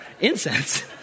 incense